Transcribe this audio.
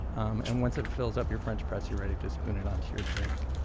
um and once it fills up your french press, you're ready to spoon it onto your drink.